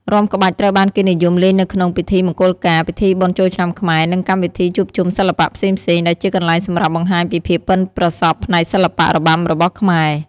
រាំក្បាច់ត្រូវបានគេនិយមលេងនៅក្នុងពិធីមង្គលការ ពិធីបុណ្យចូលឆ្នាំខ្មែរ និងកម្មវិធីជួបជុំសិល្បៈផ្សេងៗ ដែលជាកន្លែងសម្រាប់បង្ហាញពីភាពប៉ិនប្រសប់ផ្នែកសិល្បៈរបាំរបស់ខ្មែរ។